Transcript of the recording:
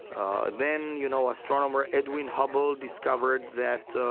and then, you know, astronomer edwin hubble discovered that